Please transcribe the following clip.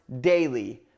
daily